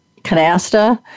canasta